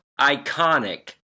iconic